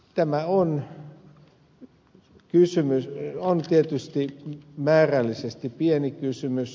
tämä on tietysti määrällisesti pieni kysymys